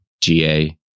GA